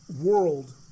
world